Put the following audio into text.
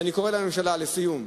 לסיום,